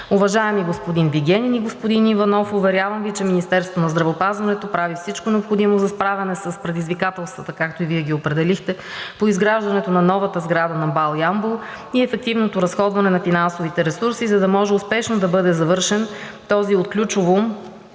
Уважаеми господин Вигенин и господин Иванов! Уверявам Ви, че Министерството на здравеопазването прави всичко необходимо за справяне с предизвикателствата, както и Вие ги определихте, по изграждането на новата сграда на МБАЛ в Ямбол и ефективното разходване на финансовите ресурси, за да може успешно да бъде довършен този от ключово